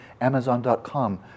Amazon.com